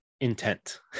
intent